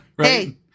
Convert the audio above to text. hey